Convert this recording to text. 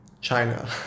China